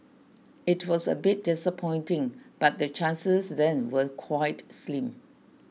it was a bit disappointing but the chances then were quite slim